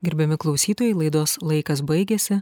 gerbiami klausytojai laidos laikas baigėsi